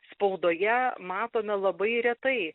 spaudoje matome labai retai